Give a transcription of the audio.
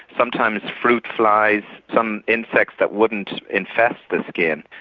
sometimes fruit flies, some insects that wouldn't infest the skin.